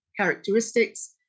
characteristics